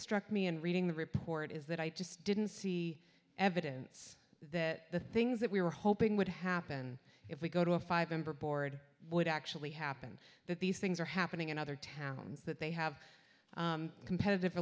struck me in reading the report is that i just didn't see evidence that the things that we were hoping would happen if we go to a five member board would actually happen that these things are happening in other towns that they have competitive